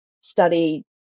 study